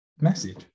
message